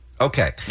Okay